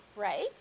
Right